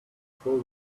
full